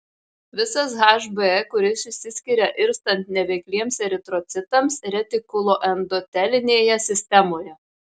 visas hb kuris išsiskiria irstant neveikliems eritrocitams retikuloendotelinėje sistemoje